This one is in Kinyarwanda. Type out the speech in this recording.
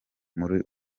muri